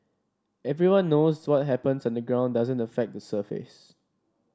everyone knows what happens underground doesn't affect the surface